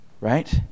Right